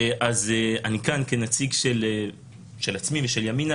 אז אני כאן כנציג של עצמי ושל ימינה,